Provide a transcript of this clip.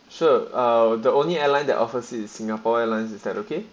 she uh the only airline that obviously in singapore airlines is that okay